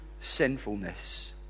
sinfulness